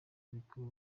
bikora